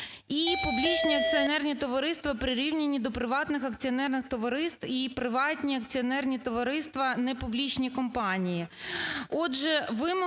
і публічні акціонерні товариства, прирівняні до приватних акціонерних товариств, і приватні акціонерні товариства, непублічні компанії.